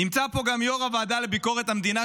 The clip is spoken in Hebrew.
נמצא פה גם יו"ר הוועדה לביקורת המדינה,